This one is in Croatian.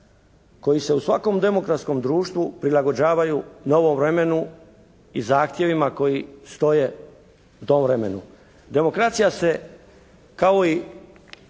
koji se u svakom demokratskom društvu prilagođavaju novom vremenu i zahtjevima koji stoje tom vremenu. Demokracija se kao i